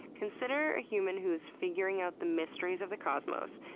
consider a human who's figuring out the mysteries of the cosmos,